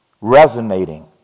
resonating